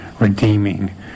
redeeming